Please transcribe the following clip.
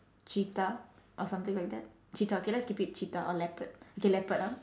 cheetah or something like that cheetah okay let's keep it cheetah or leopard okay leopard ah